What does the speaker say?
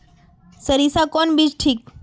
सरीसा कौन बीज ठिक?